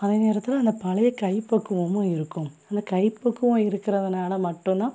அதே நேரத்தில் அந்த பழைய கைப்பக்குவமும் இருக்கும் அந்த கைப்பக்குவம் இருக்குறதுனால் மட்டும் தான்